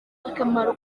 akamaro